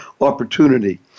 opportunity